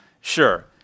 sure